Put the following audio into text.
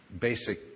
basic